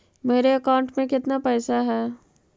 मेरे अकाउंट में केतना पैसा है?